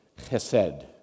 chesed